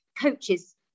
coaches